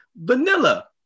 vanilla